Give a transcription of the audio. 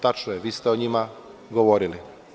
Tačno je, vi ste o njima govorili.